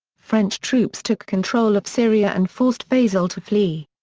french troops took control of syria and forced faisal to flee.